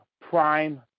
prime